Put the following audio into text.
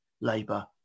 Labour